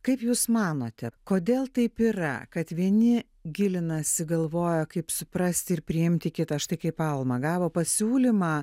kaip jūs manote kodėl taip yra kad vieni gilinasi galvoja kaip suprasti ir priimti kitą štai kaip alma gavo pasiūlymą